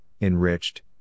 enriched